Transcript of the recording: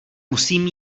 musím